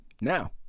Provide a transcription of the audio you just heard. Now